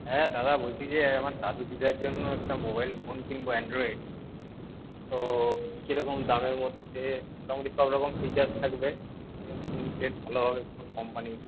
হ্যাঁ দাদা বলছি যে আমার দাদু দিদার জন্য একটা মোবাইল ফোন কিনবো অ্যান্ড্রয়েড তো কীরকম দামের মধ্যে মোটামুটি সব রকম ফিচারস্ থাকবে কোন সেট ভাল হবে কোন কোম্পানির